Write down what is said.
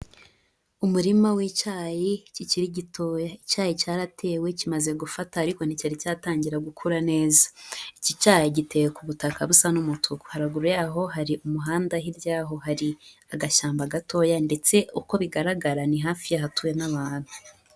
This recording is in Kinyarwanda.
Umurima w'icyayi kikiri gitoya. Icyayi cyaratewe kimaze gufata ariko nticyari cyatangira gukura neza. Iki cyayi giteye ku butaka busa n'umutuku. Haraguru yaho hari umuhanda, hirya yaho hari agashyamba gatoya ndetse uko bigaragara ni hafi y'ahatuwe n'abantu.